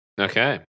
Okay